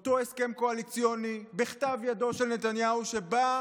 אותו הסכם קואליציוני בכתב ידו של נתניהו שבו